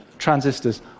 transistors